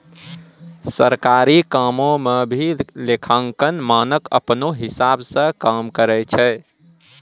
सरकारी कामो म भी लेखांकन मानक अपनौ हिसाब स काम करय छै